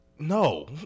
No